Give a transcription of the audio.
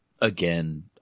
again